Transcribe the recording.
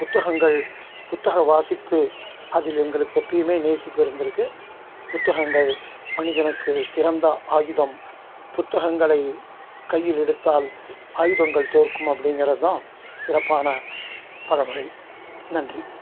புத்தகங்கள் புத்தக வாசிப்பு அதில் எங்களுக்கு எப்பயுமே நேசிப்பு இருந்திருக்கு புத்தகங்கள் மனிதனுக்கு சிறந்த ஆயுதம் புத்தகங்களை கையில் எடுத்தால் ஆயுதங்கள் தோற்கும் அப்படிங்கிறது தான் சிறப்பான பழமொழி நன்றி